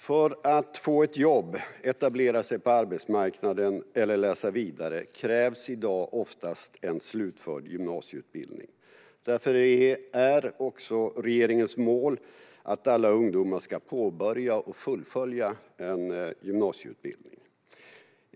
För att få ett jobb, etablera sig på arbetsmarknaden eller läsa vidare krävs i dag oftast en slutförd gymnasieutbildning. Därför är regeringens mål också att alla ungdomar ska påbörja och fullfölja en gymnasieutbildning.